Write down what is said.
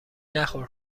نخور